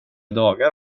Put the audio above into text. dagar